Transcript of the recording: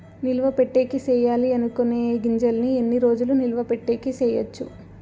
నిలువ పెట్టేకి సేయాలి అనుకునే గింజల్ని ఎన్ని రోజులు నిలువ పెట్టేకి చేయొచ్చు